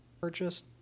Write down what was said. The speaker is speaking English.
purchased